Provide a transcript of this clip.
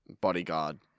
Bodyguard